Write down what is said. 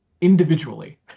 individually